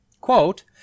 Quote